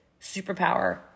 superpower